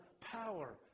power